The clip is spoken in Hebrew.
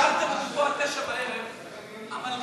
השארתם אותי פה עד 21:00. המלכה,